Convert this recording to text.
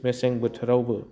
मेसें बोथोरावबो